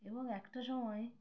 এবং একটা সময়